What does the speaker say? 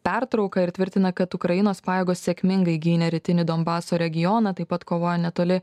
pertrauką ir tvirtina kad ukrainos pajėgos sėkmingai gynė rytinį donbaso regioną taip pat kovoja netoli